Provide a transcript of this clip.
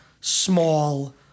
small